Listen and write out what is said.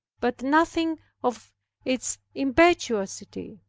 but nothing of its impetuosity.